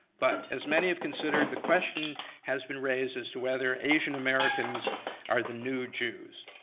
but as many have considered the question has been raised as to whether asian americans are the new jews.